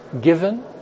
given